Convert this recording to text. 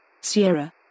Sierra